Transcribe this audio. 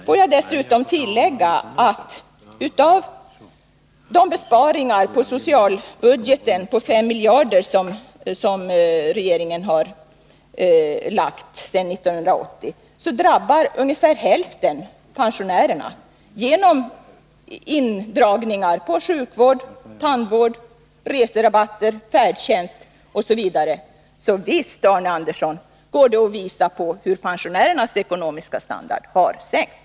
Får jag dessutom tillägga att ungefär hälften av de besparingar på socialbudgeten om 5 miljarder som regeringen har gjort eller föreslagit sedan 1980 drabbar pensionärerna genom indragningar av sjukvård, tandvård, reserabatter, färdtjänst osv. Så visst går det, Arne Andersson, att visa på hur pensionärernas ekonomiska standard har sänkts.